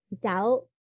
doubt